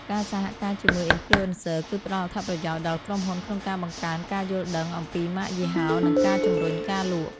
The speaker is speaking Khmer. ការសហការជាមួយ Influencer គឺផ្តល់អត្ថប្រយោជន៍ដល់ក្រុមហ៊ុនក្នុងការបង្កើនការយល់ដឹងអំពីម៉ាកយីហោ និងការជំរុញការលក់។